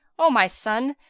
o my son,